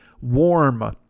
warm